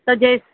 त जेस